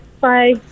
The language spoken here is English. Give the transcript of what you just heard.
bye